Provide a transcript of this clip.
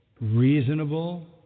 reasonable